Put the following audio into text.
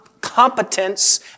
competence